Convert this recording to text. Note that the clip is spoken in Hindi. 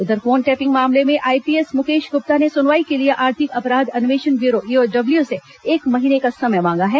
उधर फोन टेपिंग मामले में आईपीएस मुकेश गुप्ता ने सुनवाई के लिए आर्थिक अपराध अन्वेषण ब्यूरो ईओडब्ल्यू से एक महीने का समय मांगा है